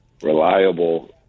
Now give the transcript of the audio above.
reliable